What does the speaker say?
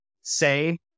say